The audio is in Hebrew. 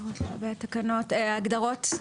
לגבי הגדרות?